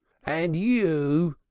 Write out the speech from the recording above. and you,